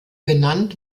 benannt